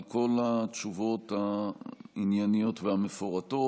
על כל התשובות הענייניות והמפורטות.